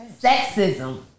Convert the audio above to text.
sexism